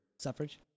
Suffrage